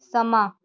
ਸਮਾਂ